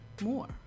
more